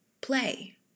Play